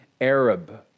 Arab